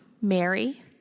Mary